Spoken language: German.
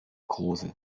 große